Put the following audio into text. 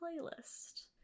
playlist